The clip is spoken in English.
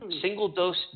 single-dose